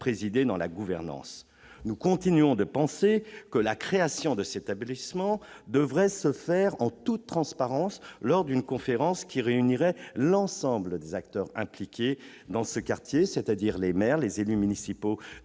dérives dans la gouvernance. Nous continuons de penser que la création de cet établissement devrait se faire en toute transparence lors d'une conférence qui réunirait l'ensemble des acteurs impliqués dans ce quartier, c'est-à-dire les maires, les élus municipaux